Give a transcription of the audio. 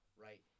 right